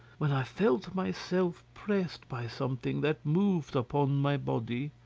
when i felt myself pressed by something that moved upon my body.